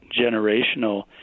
generational